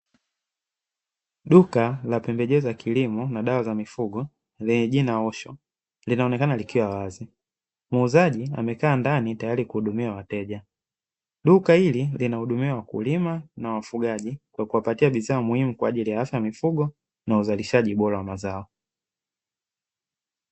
Duka la pembejeo za kilimo, duka hili linahudumiwa wakulima na wafugaji wa kuwapatia bidhaa muhimu kwa ajili ya wakulima na hasa mifugo na uzalishaji ubora wa mazao.